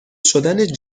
شدن